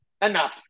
Enough